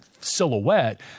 silhouette